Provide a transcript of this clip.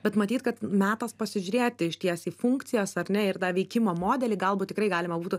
bet matyt kad metas pasižiūrėti išties į funkcijos ar ne ir tą veikimo modelį galbūt tikrai galima būtų